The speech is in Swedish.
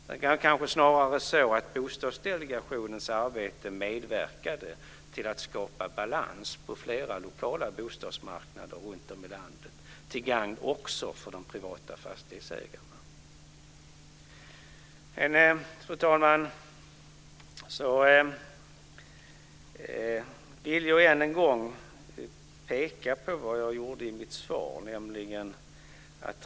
Det kanske snarare är så att Bostadsdelegationens arbete medverkade till att skapa balans på flera lokala bostadsmarknader runt om i landet till gagn också för de privata fastighetsägarna. Fru talman! Jag vill än en gång peka på det jag sade i mitt svar.